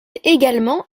également